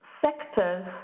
sectors